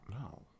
No